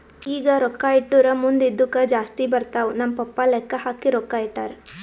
ಈಗ ರೊಕ್ಕಾ ಇಟ್ಟುರ್ ಮುಂದ್ ಇದ್ದುಕ್ ಜಾಸ್ತಿ ಬರ್ತಾವ್ ನಮ್ ಪಪ್ಪಾ ಲೆಕ್ಕಾ ಹಾಕಿ ರೊಕ್ಕಾ ಇಟ್ಟಾರ್